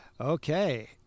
Okay